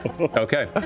okay